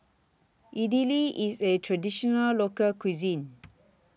Idili IS A Traditional Local Cuisine